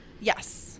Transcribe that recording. Yes